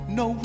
no